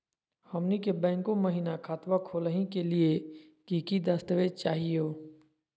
हमनी के बैंको महिना खतवा खोलही के लिए कि कि दस्तावेज चाहीयो?